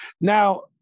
now